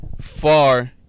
far